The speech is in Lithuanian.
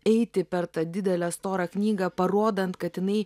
eiti per tą didelę storą knygą parodant kad jinai